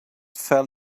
fell